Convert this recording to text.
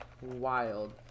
wild